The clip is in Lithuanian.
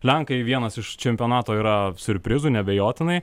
lenkai vienas iš čempionato yra siurprizų neabejotinai